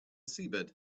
seabed